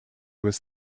was